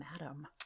madam